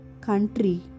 country